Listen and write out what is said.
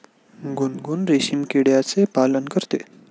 गुनगुन रेशीम किड्याचे पालन करते